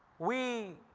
we